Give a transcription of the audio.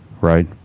right